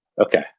okay